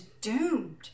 doomed